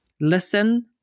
listen